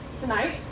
tonight